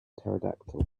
pterodactyl